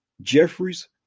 Jeffries